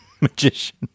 magician